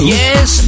yes